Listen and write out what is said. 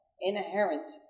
Inherent